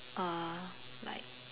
uh like